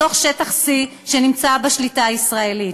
בתוך שטחC , שנמצא בשליטה ישראלית.